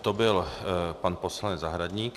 To byl pan poslanec Zahradník.